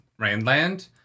randland